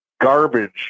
garbage